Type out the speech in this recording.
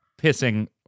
pissing